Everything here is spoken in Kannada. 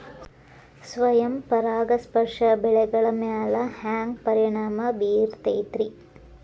ಸ್ವಯಂ ಪರಾಗಸ್ಪರ್ಶ ಬೆಳೆಗಳ ಮ್ಯಾಲ ಹ್ಯಾಂಗ ಪರಿಣಾಮ ಬಿರ್ತೈತ್ರಿ?